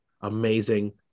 amazing